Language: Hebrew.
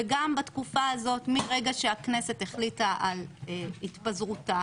וגם בתקופה הזאת מהרגע שהכנסת החליטה על התפזרותה,